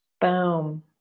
Boom